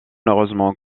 heureusement